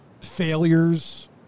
failures